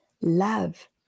Love